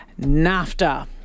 NAFTA